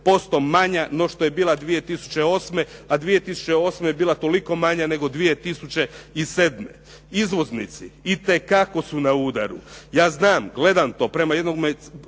posto manja no što je bila 2008. A 2008. je bila toliko manja nego 2007. Izvoznici itekako su na udaru. Ja znam, gledam to. Glede jednoga